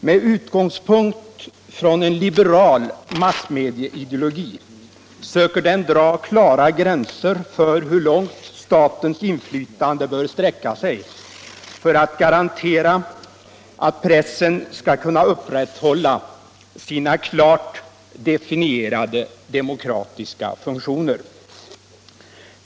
Med utgångspunkt i en liberal massmedieideologi söker den dra klara gränser för hur långt statens inflytande bör sträcka sig för att garantera att pressen skall kunna upprätthålla sina klart definierade demokratiska funktioner.